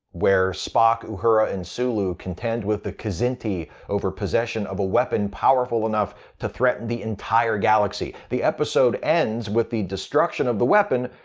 where spock, uhura and sulu contend with the kzinti over possession of a weapon powerful enough to threaten the entire galaxy. the episode ends with the destruction of the weapon,